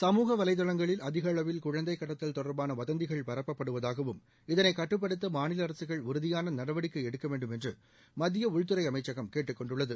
சமூக வலைதளங்களில் அதிகளவில் குழந்தை கடத்தல் தொடர்பான வதந்திகள் பரப்பப்படுவதாகவும் இதனை சட்டுப்படுத்த மாநில அரசுகள் உறுதியான நடவடிக்கை எடுக்கவேண்டும் என்று மத்திய உள்துறை அமைச்சகம் கேட்டுக்கொண்டுள்ளது